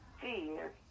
fear